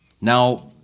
Now